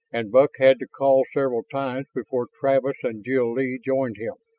and buck had to call several times before travis and jil-lee joined him.